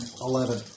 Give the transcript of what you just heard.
Eleven